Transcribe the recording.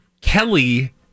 Kelly